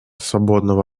свободного